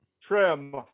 trim